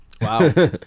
Wow